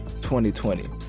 2020